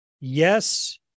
Yes